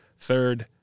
third